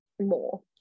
more